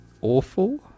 awful